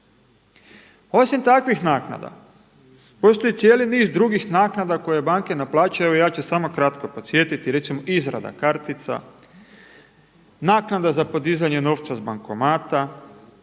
Osim takvih naknada postoji cijeli niz drugih naknada koje banke naplaćuju. Evo ja ću samo kratko podsjetiti. Recimo izrada kartica, naknada za podizanje novca s bankomata